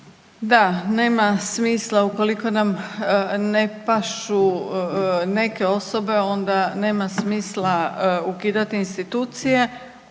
Da, nema smisla ukoliko nam ne pašu neke osobe onda nema smisla ukidati institucije.